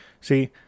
See